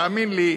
תאמין לי,